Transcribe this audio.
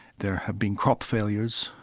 there have been crop failures.